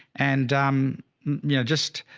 and um you know, just